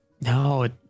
No